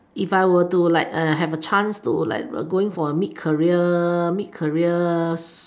if I were to like have a chance to going for a mid career mid career